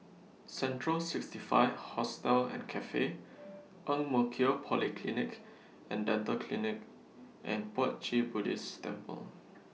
Central sixty five Hostel and Cafe Ang Mo Kio Polyclinic and Dental Clinic and Puat Jit Buddhist Temple